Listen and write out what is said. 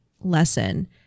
lesson